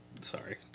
Sorry